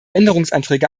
änderungsanträge